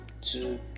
two